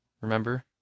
Remember